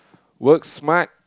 work smart